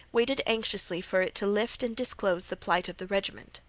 waited anxiously for it to lift and disclose the plight of the regiment.